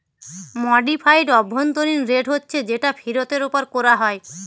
modified অভ্যন্তরীণ rate হচ্ছে যেটা ফিরতের উপর কোরা হয়